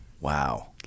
Wow